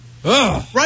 right